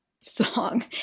song